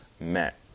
met